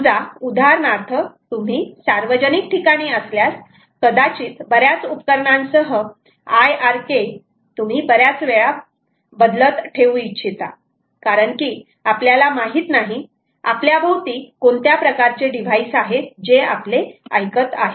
समजा उदाहरणार्थ तुम्ही सार्वजनिक ठिकाणी असल्यास कदाचित बर्याच उपकरणांसह आयआरके तुम्ही बर्याच वेळा बदलत ठेऊ इच्छिता कारण की आपल्याला माहित नाही आपल्या भोवती कोणत्या प्रकारचे डिव्हाइस आहेत जे आपले ऐकत आहेत